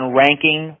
ranking